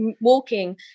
walking